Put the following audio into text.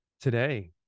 today